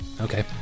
okay